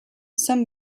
some